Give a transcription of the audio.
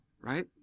Right